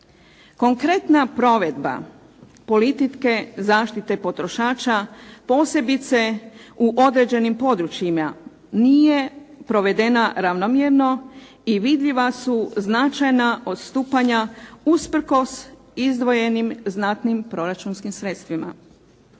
konkretna provedba politike zaštite potrošača, posebice u određenim područjima, nije provedena ravnomjerno i vidljiva su značajna odstupanja usprkos izdvojenim znatnim proračunskim sredstvima.